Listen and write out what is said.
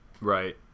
Right